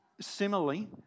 Similarly